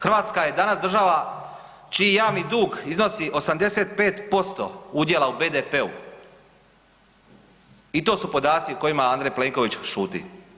Hrvatska je danas država čiji javni dug iznosi 85% udjela u BDP-u i to su podaci o kojima Andrej Plenković šuti.